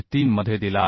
3 मध्ये दिला आहे